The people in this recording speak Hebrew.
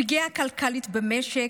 הפגיעה הכלכלית במשק,